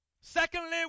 Secondly